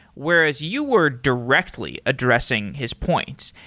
whereas you were directly addressing his points.